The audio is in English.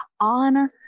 on